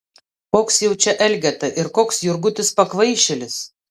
koks jau čia elgeta ir koks jurgutis pakvaišėlis